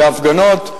הפגנות,